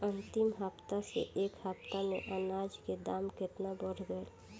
अंतिम हफ्ता से ए हफ्ता मे अनाज के दाम केतना बढ़ गएल?